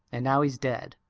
and now he's dead.